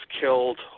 killed